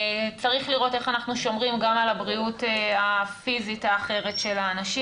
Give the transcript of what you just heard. צריך לראות איך אנחנו שומרים גם על הבריאות הפיזית האחרת של האנשים.